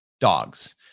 dogs